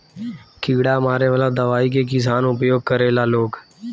कीड़ा मारे वाला दवाई के किसान उपयोग करेला लोग